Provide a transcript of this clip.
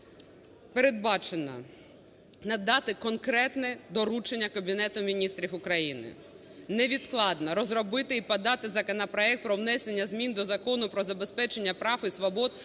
передбачено надати конкретне доручення Кабінету Міністрів України невідкладно розробити і подати законопроект про внесення змін до Закону "Про забезпечення прав і свобод